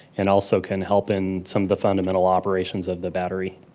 and also can help in some of the fundamental operations of the battery.